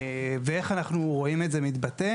ואיך אנחנו רואים את זה מתבטא?